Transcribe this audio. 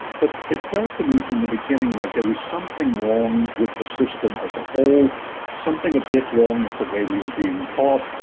but it felt to me from the beginning like there was something wrong with the system as a whole something a bit wrong with the way we were being taught,